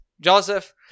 Joseph